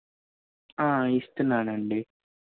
ఇస్తున్నాను అండి